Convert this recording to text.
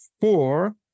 four